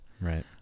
right